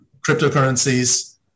cryptocurrencies